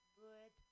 good